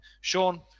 Sean